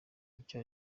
icyo